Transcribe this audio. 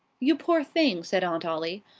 you poor thing! said aunt ollie,